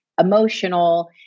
emotional